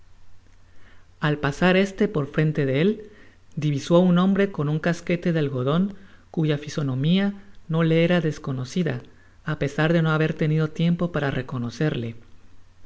al pasar este por frente de él divisó á un hombre con un casquete de algodon cuya fisonomia no le era desconocida á pesar de no haber tenido tiempo para reconocerle